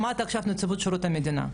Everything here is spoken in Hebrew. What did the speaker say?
שמעת עכשיו את נציבות שירות המדינה.